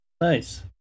Nice